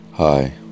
Hi